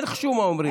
אין חשומה, אומרים.